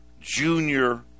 junior